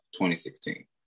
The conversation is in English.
2016